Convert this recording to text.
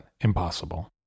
impossible